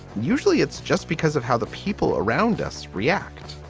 usually it's just because of how the people around us react.